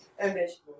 vegetables